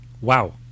Wow